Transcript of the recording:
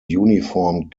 uniformed